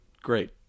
great